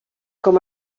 com